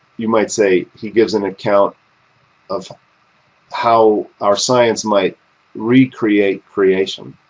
you might say he gives an account of how our science might recreate creation.